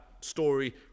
story